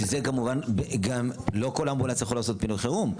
שזה כמובן, לא כל אמבולנס יכול לעשות פינוי חירום.